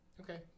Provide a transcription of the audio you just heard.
Okay